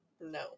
no